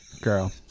girl